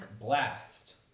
Blast